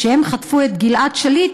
כשהם חטפו את גלעד שליט,